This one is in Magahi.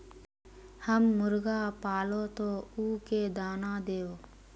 हम मुर्गा पालव तो उ के दाना देव?